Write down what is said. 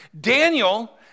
Daniel